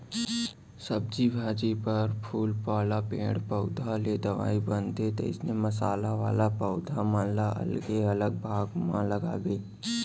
सब्जी भाजी, फर फूल वाला पेड़ पउधा ले दवई बनथे, तइसने मसाला वाला पौधा मन ल अलगे अलग भाग म लगाबे